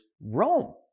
Rome